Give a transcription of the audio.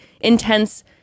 intense